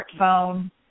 smartphone